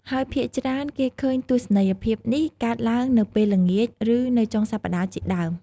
ហើយភាគច្រើន គេឃ់ើញទស្សនីយភាពនេះកើតឡើងនៅពេលល្ងាច ឬ នៅចុងសប្ដាហ៍ជាដើម។